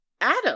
Adam